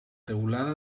teulada